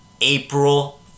April